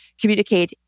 communicate